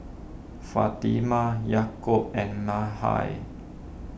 Fatimah Yaakob and Mikhail